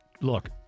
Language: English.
look